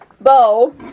bow